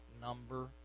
number